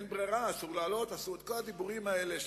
אין ברירה, אסור להעלות, כל הדיבורים האלה.